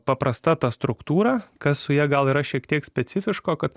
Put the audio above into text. paprasta tą struktūrą kas su ja gal yra šiek tiek specifiško kad